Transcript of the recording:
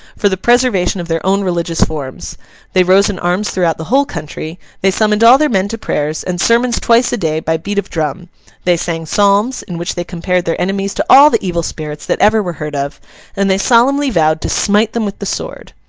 for the preservation of their own religious forms they rose in arms throughout the whole country they summoned all their men to prayers and sermons twice a day by beat of drum they sang psalms, in which they compared their enemies to all the evil spirits that ever were heard of and they solemnly vowed to smite them with the sword.